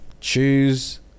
choose